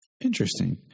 Interesting